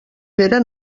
pere